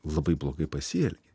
labai blogai pasielgei